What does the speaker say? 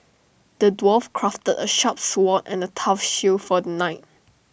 the dwarf crafted A sharp sword and A tough shield for the knight